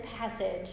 passage